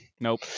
Nope